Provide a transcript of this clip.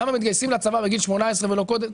למה מתגייסים לצבא בגיל 18 ולא קודם?